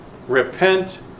Repent